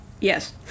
Yes